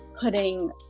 putting